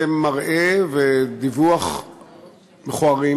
מראה ודיווח מכוערים